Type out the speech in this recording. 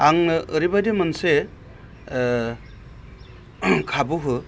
आंनो ओरैबादि मोनसे खाबु हो